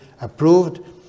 approved